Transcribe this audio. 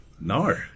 no